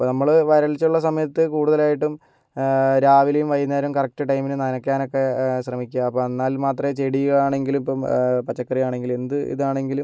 അപ്പോൾ നമ്മള് വരൾച്ച ഉള്ള സമയത്ത് കൂടുതലായിട്ടും രാവിലെയും വൈകുന്നേരവും കറക്റ്റ് ടൈമിന് നനയ്ക്കാനക്കെ ശ്രമിക്കുക അപ്പം അന്നാൽ മാത്രമെ ചെടിയാണെങ്കിലും ഇപ്പം പച്ചക്കറിയാണെങ്കിലും എന്ത് ഇതാണെങ്കില്